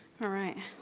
alright,